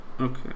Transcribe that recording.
Okay